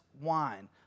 wine